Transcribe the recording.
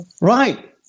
Right